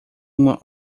uma